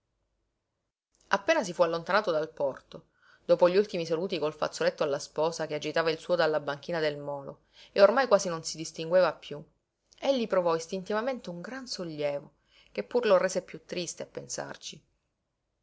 appena si fu allontanato dal porto dopo gli ultimi saluti col fazzoletto alla sposa che agitava il suo dalla banchina del molo e ormai quasi non si distingueva piú egli provò istintivamente un gran sollievo che pur lo rese piú triste a pensarci